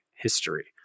history